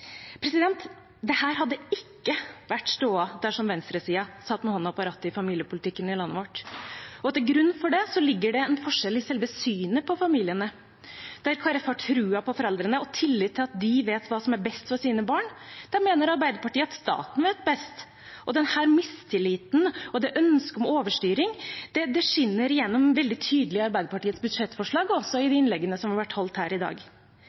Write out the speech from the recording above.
hadde ikke vært stoda dersom venstresiden satt med hånda på rattet i familiepolitikken i landet vårt, og til grunn for det ligger det en forskjell i selve synet på familiene. Der Kristelig Folkeparti har troen på foreldrene og tillit til at de vet hva som er best for sine barn, der mener Arbeiderpartiet at staten vet best. Denne mistilliten og det ønsket om overstyring skinner veldig tydelig gjennom i Arbeiderpartiets budsjettforslag, og også i de innleggene som har vært holdt her i dag.